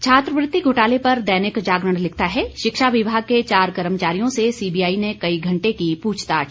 छात्रवृत्ति घोटाले पर दैनिक जागरण लिखता है शिक्षा विभाग के चार कर्मचारियों से सीबीआई ने कई घंटे की पूछताछ